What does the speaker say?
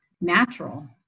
natural